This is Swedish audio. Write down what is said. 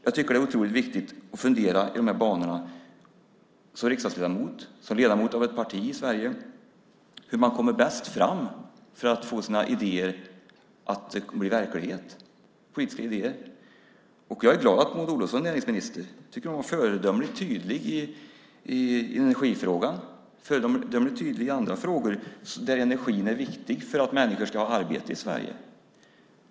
Jag tycker det är otroligt viktigt att fundera i de här banorna som riksdagsledamot, som ledamot av ett parti i Sverige, hur man kommer bäst fram för att få sina politiska idéer att bli verklighet. Jag är glad att Maud Olofsson är näringsminister. Jag tycker hon är föredömligt tydlig i energifrågan och föredömligt tydlig i andra frågor där energin är viktig för att människor ska ha arbete i Sverige.